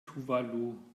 tuvalu